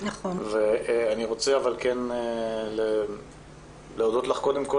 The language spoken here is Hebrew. אבל אני רוצה כן להודות לך קודם כל